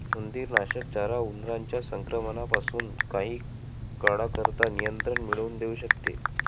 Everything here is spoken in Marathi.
उंदीरनाशक चारा उंदरांच्या संक्रमणापासून काही काळाकरता नियंत्रण मिळवून देऊ शकते